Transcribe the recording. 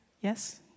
Yes